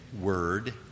word